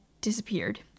disappeared